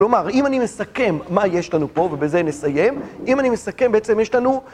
כלומר, אם אני מסכם מה יש לנו פה, ובזה נסיים, אם אני מסכם, בעצם יש לנו...